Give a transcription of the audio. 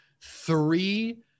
three